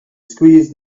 squeezed